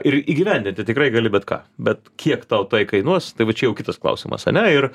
ir įgyvendinti tikrai gali bet ką bet kiek tau tai kainuos tai va čia jau kitas klausimas ane ir